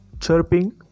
chirping